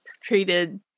treated